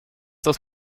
das